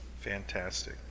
fantastic